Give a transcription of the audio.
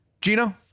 Gino